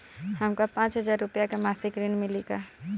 हमका पांच हज़ार रूपया के मासिक ऋण मिली का?